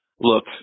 look